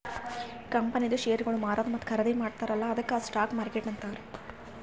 ಕಂಪನಿದು ಶೇರ್ಗೊಳ್ ಮಾರದು ಮತ್ತ ಖರ್ದಿ ಮಾಡ್ತಾರ ಅಲ್ಲಾ ಅದ್ದುಕ್ ಸ್ಟಾಕ್ ಮಾರ್ಕೆಟ್ ಅಂತಾರ್